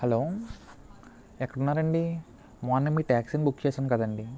hello ఎక్కడున్నారండి మొన్న మీ ట్యాక్సీని బుక్ చేశాం కదా అండి